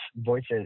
voices